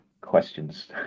questions